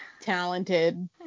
talented